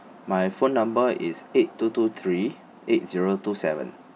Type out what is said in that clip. my phone number is eight two two three eight zero two seven